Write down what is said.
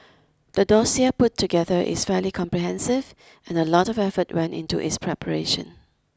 the dossier put together is fairly comprehensive and a lot of effort went into its preparation